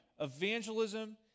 Evangelism